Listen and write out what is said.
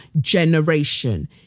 generation